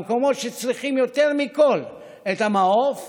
במקומות שצריכים יותר מכול את המעוף,